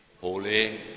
Holy